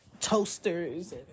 toasters